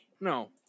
no